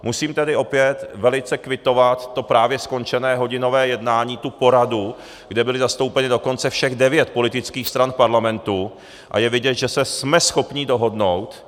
Musím tedy opět velice kvitovat to právě skončené hodinové jednání, tu poradu, kde bylo zastoupeno dokonce všech devět politických stran v parlamentu, a je vidět, že jsme schopni se dohodnout.